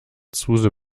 zuse